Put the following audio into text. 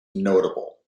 notable